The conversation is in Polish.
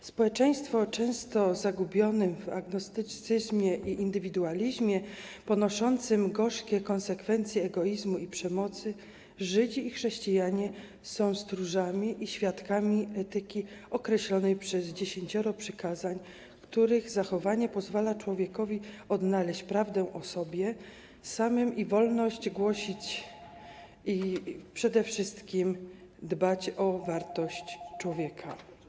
W społeczeństwie często zagubionym w agnostycyzmie i indywidualizmie, ponoszącym gorzkie konsekwencje egoizmu i przemocy, żydzi i chrześcijanie są stróżami i świadkami etyki określonej przez dziesięcioro przykazań, których zachowanie pozwala człowiekowi odnaleźć prawdę o sobie samym i głosić wolność, a przede wszystkim dbać o wartość człowieka.